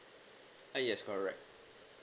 uh yes correct